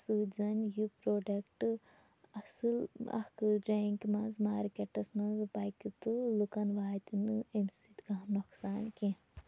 سۭتۍ زَن یہِ پروڈَکٹ اصل اکھ رینٛک مَنٛز مارکیٚٹَس مَنٛز پَکہِ تہٕ لُکَن واتہِ نہٕ امہِ سۭتۍ کانٛہہ نۄقصان کینٛہہ